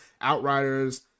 Outriders